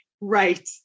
Right